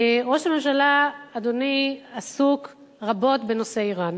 ראש הממשלה, אדוני, עסוק רבות בנושא אירן